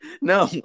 No